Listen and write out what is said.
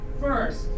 First